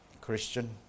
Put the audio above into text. Christian